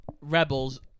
rebels